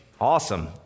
awesome